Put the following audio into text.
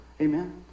Amen